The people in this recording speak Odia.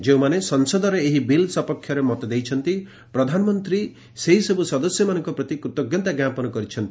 ଯେଉଁମାନେ ସଂସଦରେ ଏହି ବିଲ୍ ସପକ୍ଷରେ ମତ ଦେଇଛନ୍ତି ପ୍ରଧାନମନ୍ତ୍ରୀ ସେହିସବୁ ସଦସ୍ୟମାନଙ୍କ ପ୍ରତି କୃତଜ୍ଞତା ଜ୍ଞାପନ କରିଛନ୍ତି